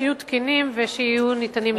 שיהיו תקינים וניתנים לשימוש.